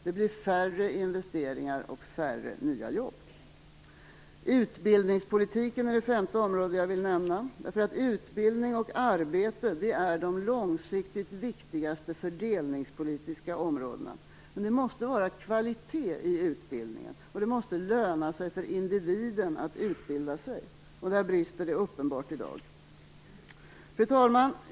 Det blir färre investeringar och färre nya jobb. För det femte vill jag nämna utbildningspolitiken. Utbildning och arbete är de långsiktigt viktigaste fördelningspolitiska områdena. Men det måste vara kvalitet i utbildningen, och det måste löna sig för individen att utbilda sig. Där brister det uppenbart i dag. Fru talman!